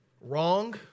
wrong